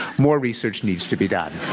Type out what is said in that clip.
more research needs to be done.